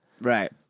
Right